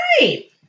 right